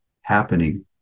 happening